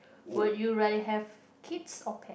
would you rather have kids or pet